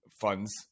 funds